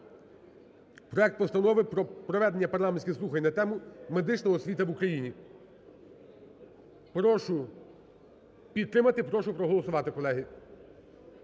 проект Постанови про проведення парламентських слухань на тему: "Медична освіта в Україні". Прошу підтримати, прошу проголосувати, колеги.